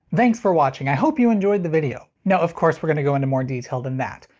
thanks for watching, i hope you enjoyed the video. no, of course we're gonna go into more detail than that!